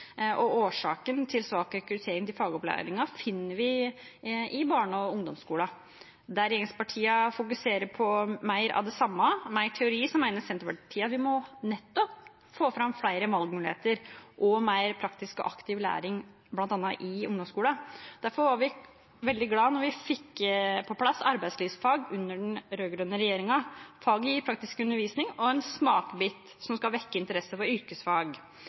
Årsaken til svak rekruttering til fagopplæringen finner vi i barne- og ungdomsskolen. Der regjeringspartiene fokuserer på mer av det samme, mer teori, mener Senterpartiet at vi må få fram flere valgmuligheter og mer praktisk og aktiv læring, bl.a. i ungdomsskolen. Derfor var vi veldig glad da vi fikk på plass arbeidslivsfag under den rød-grønne regjeringen. Faget gir praktisk undervisning og en smakebit som skal vekke interesse for yrkesfag,